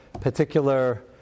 particular